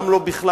גם לא בכלל,